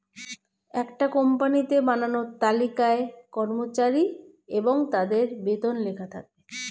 একটা কোম্পানিতে বানানো তালিকায় কর্মচারী এবং তাদের বেতন লেখা থাকে